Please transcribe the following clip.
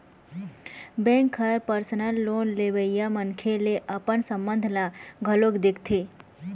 bank ह personal loan लेवइया मनखे ले अपन संबंध ल घलोक देखथे